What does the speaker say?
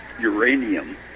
uranium